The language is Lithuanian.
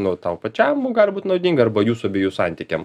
nu tau pačiam gali būt naudinga arba jūsų abiejų santykiam